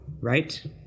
right